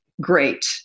great